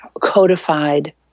codified